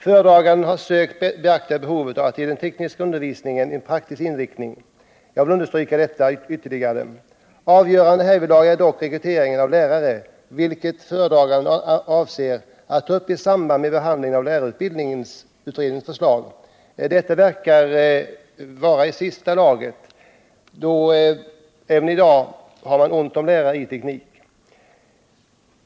Föredraganden har sökt beakta behovet av att ge den tekniska undervisningen en praktisk inriktning. Jag vill understryka detta ytterligare. Avgörande härvidlag är dock rekryteringen av lärare, vilket föredraganden avser att ta upp i samband med behandlingen av lärarutbildningutredningens förslag. Detta verkar vara i senaste laget, då vi redan i dag har ont om lärare i teknik.